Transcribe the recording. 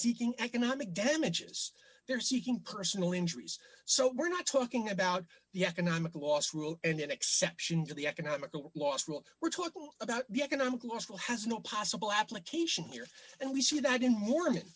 seeking economic damages they're seeking personal injuries so we're not talking about the economic loss d rule and an exception to the economical loss rule we're talking about the economic law still has no possible application here and we see that in